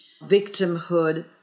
victimhood